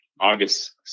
August